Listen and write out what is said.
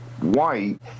white